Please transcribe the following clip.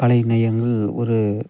கலைநயங்கள் ஒரு